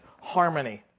harmony